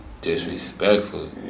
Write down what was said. disrespectful